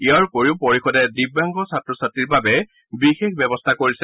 ইয়াৰ উপৰি পৰিষদে দিব্যাংগ ছাত্ৰ ছাত্ৰীৰ বাবে বিশেষ ব্যৱস্থা কৰিছে